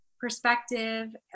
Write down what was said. perspective